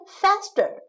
Faster